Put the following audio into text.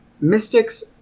Mystics